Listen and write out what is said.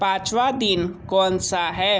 पाँचवां दिन कौन सा है